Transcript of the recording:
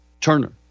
Turner